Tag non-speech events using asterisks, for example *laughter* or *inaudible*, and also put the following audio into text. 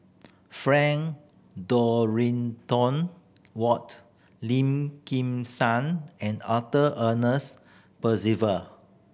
Frank Dorrington Ward Lim Kim San and Arthur *unintelligible* Percival